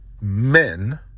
men